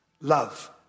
Love